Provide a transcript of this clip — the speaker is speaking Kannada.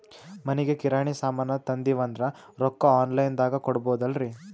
ಮನಿಗಿ ಕಿರಾಣಿ ಸಾಮಾನ ತಂದಿವಂದ್ರ ರೊಕ್ಕ ಆನ್ ಲೈನ್ ದಾಗ ಕೊಡ್ಬೋದಲ್ರಿ?